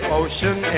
ocean